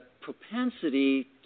propensity